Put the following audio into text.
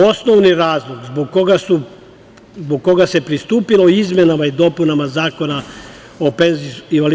Osnovni razlog, zbog koga se pristupilo izmenama i dopunama Zakona o PIO